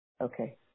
okay